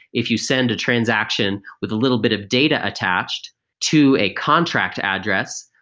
if you send a transaction with a little bit of data attached to a contract address,